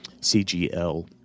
CGL